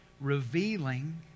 revealing